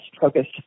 focused